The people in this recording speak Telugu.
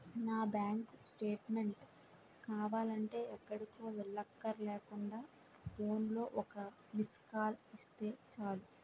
నా బాంకు స్టేట్మేంట్ కావాలంటే ఎక్కడికో వెళ్ళక్కర్లేకుండా ఫోన్లో ఒక్క మిస్కాల్ ఇస్తే చాలు